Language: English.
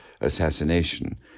assassination